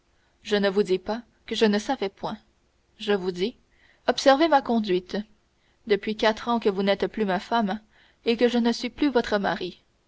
je ne vous dis pas que je ne savais point je vous dis observez ma conduite depuis quatre ans que vous n'êtes plus ma femme et que je ne suis plus votre mari